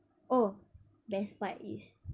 oh best part is